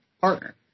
partner